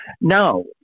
No